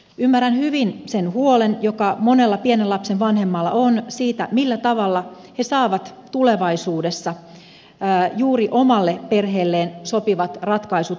ymmärrän hyvin sen huolen joka monella pienen lapsen vanhemmalla on siitä millä tavalla he saavat tulevaisuudessa juuri omalle perheelleen sopivat ratkaisut toteutettua